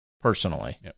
personally